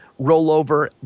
rollover